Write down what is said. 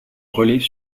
relais